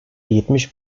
yetmiş